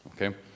Okay